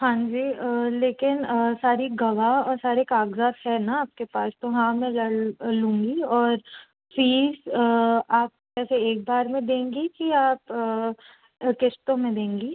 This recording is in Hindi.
हांजी लेकिन सारी गवाह और सारे कागज़ात है ना आपके पास तो हाँ मैं लड़ लूँगी और फ़ीस आप ऐसे एक बार में देंगी कि आप किश्तों में देंगी